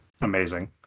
amazing